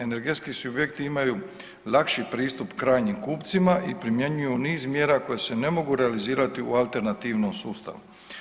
Energetski subjekti imaju lakši pristup krajnjim kupcima i primjenjuju niz mjera koji se ne mogu realizirati u alternativnom sustavu.